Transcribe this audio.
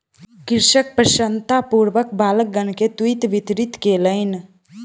कृषक प्रसन्नतापूर्वक बालकगण के तूईत वितरित कयलैन